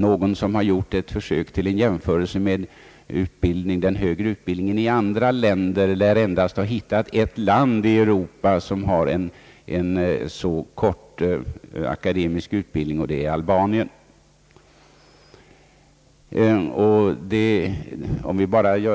Någon som har gjort ett försök till jämförelse med den högre utbildningen i andra länder lär ha hittat endast ett land i Europa med en så kort akademisk utbildning, och det är Albanien. Vid